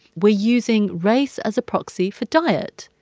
we're using race as a proxy for diet.